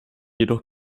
jedoch